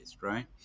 right